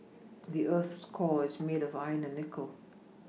the earth's core is made of iron and nickel